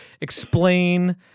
explain